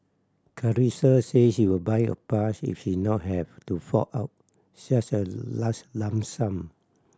Carissa said she would buy a pass if she not have to fork out such a large lump sum